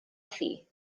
thi